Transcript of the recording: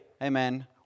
Amen